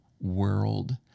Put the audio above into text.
world